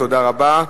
תודה רבה.